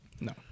No